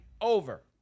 Over